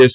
S